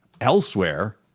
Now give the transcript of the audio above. elsewhere